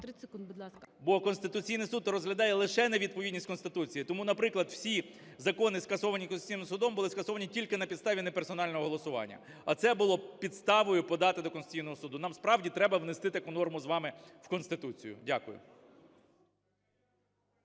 Бо Конституційний Суд розглядає лише невідповідність Конституції, тому, наприклад, всі закони, скасовані Конституційним Судом, були скасовані тільки на підставінеперсонального голосування, оце було підставою подати до Конституційного Суду. Нам, справді, треба внести таку норму з вами в Конституцію. Дякую.